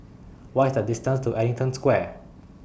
What IS The distance to Ellington Square